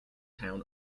town